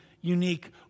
unique